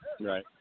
Right